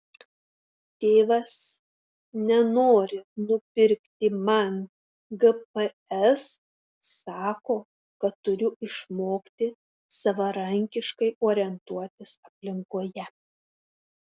tėvas nenori nupirkti man gps sako kad turiu išmokti savarankiškai orientuotis aplinkoje